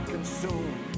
consumed